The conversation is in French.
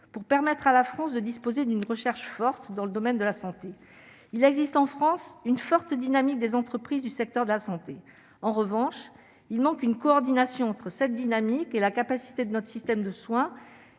pour permettre à la France de disposer d'une recherche forte dans le domaine de la santé, il existe en France une forte dynamique des entreprises du secteur de la santé, en revanche, il manque une coordination entre cette dynamique et la capacité de notre système de soins